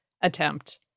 attempt